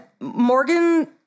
Morgan